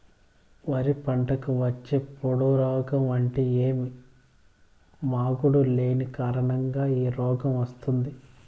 వరి పంటకు వచ్చే పొడ రోగం అంటే ఏమి? మాగుడు దేని కారణంగా ఈ రోగం వస్తుంది?